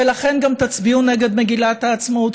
ולכן גם תצביעו נגד מגילת העצמאות,